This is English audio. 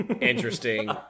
interesting